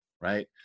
right